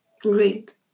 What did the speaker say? great